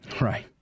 Right